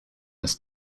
this